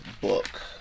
book